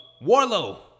Warlow